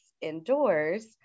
indoors